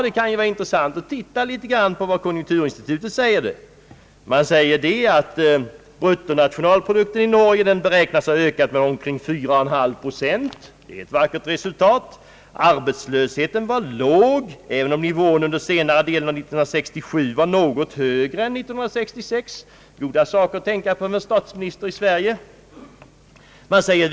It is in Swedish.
Det kan då vara intressant att titta på vad konjunkturinstitutet nu säger. Bruttonationalprodukten i Norge beräknas enligt konjunkturinstitutets uppgifter ha ökat med omkring 4,5 procent. Det är ett vackert resultat. Arbetslösheten är låg, även om nivån under senare delen av 1967 var något högre än under 1966. Bra saker att tänka på för statsministern i Sverige.